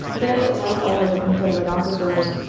they, like all other confede rate officers,